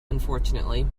unfortunately